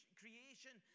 creation